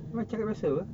nak cakap bahasa apa